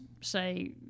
say